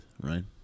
right